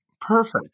Perfect